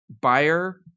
buyer